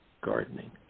gardening